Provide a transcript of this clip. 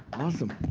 awesome.